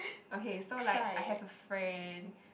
okay so like I have a friend